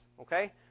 okay